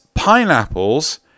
Pineapples